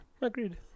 agreed